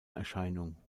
erscheinung